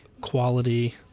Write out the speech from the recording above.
quality